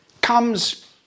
comes